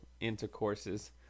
intercourses